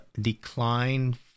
...decline